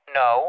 no